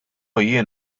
jien